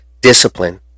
discipline